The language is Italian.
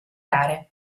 rare